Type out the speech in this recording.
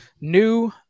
New